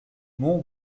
mon